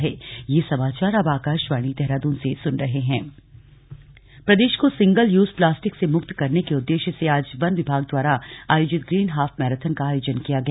green marathon half प्रदेश को single use plastic से मुक्त करने के उद्देश्य से आज वन विभाग द्वारा आयोजित ग्रीन हाफ मैराथन का आयोजन किया गया